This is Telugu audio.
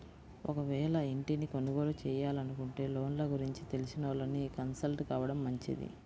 ఒకవేళ ఇంటిని కొనుగోలు చేయాలనుకుంటే లోన్ల గురించి తెలిసినోళ్ళని కన్సల్ట్ కావడం మంచిది